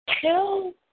tell